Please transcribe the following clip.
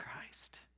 Christ